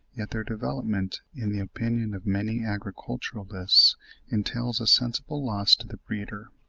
yet their development, in the opinion of many agriculturists, entails a sensible loss to the breeder.